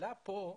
השאלה פה,